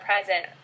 present